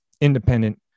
independent